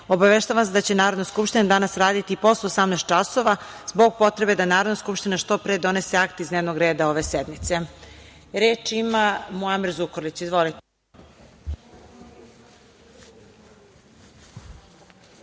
obaveštavam vas da će Narodna skupština danas raditi i posle 18.00 časova, zbog potrebe da Narodna skupština što pre donese akte iz dnevnog reda ove sednice. Reč ima Muamer Zukorlić. Izvolite.